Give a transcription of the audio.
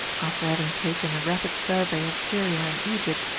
after having taken a rapid survey of syria and egypt,